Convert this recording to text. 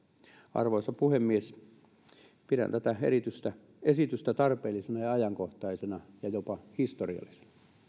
arvoisa puhemies pidän tätä esitystä tarpeellisena ja ja ajankohtaisena ja jopa historiallisena